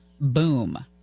boom